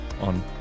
on